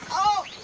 oh!